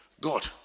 God